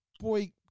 Boy